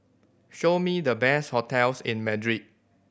show me the best hotels in Madrid